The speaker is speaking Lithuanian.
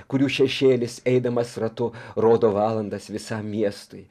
kurių šešėlis eidamas ratu rodo valandas visam miestui